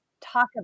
talk